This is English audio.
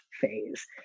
phase